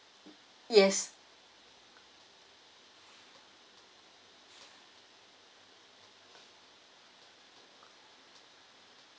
yes